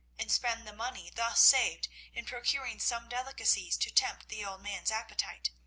and spend the money thus saved in procuring some delicacies to tempt the old man's appetite.